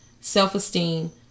self-esteem